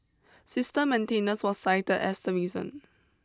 system maintenance was cited as the reason